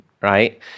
right